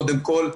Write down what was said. קודם כול.